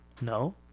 No